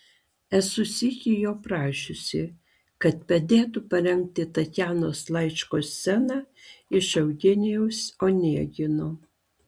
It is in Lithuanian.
esu sykį jo prašiusi kad padėtų parengti tatjanos laiško sceną iš eugenijaus onegino